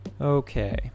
Okay